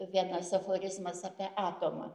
vienas aforizmas apie atomą